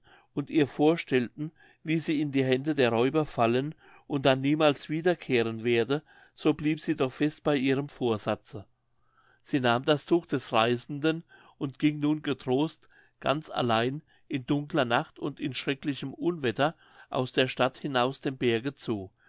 und ihr vorstellten wie sie in die hände der räuber fallen und dann niemals wiederkehren werde so blieb sie doch fest bei ihrem vorsatze sie nahm das tuch des reisenden und ging nun getrost ganz allein in dunkler nacht und in schrecklichem unwetter aus der stadt hinaus dem berge zu